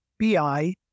BI